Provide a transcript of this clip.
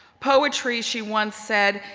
poetry, she once said,